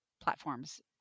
platforms